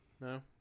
No